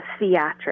theatrics